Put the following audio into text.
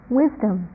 wisdom